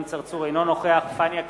אינו נוכח פניה קירשנבאום,